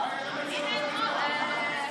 מה זה משיכת הזמן הזאת?